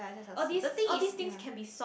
all these all these things can be solved